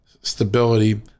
stability